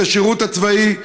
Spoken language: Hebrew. את השירות הצבאי,